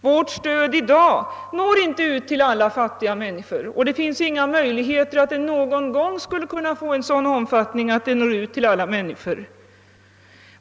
Vårt stöd når i dag inte ut till alla fattiga människor, och det finns inga möjligheter att det någon gång skulle kunna få en sådan omfattning att det når ut till alla fattiga.